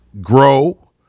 grow